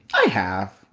i have.